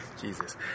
Jesus